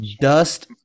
Dust